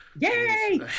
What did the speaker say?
Yay